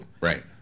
Right